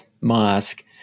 mosque